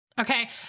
Okay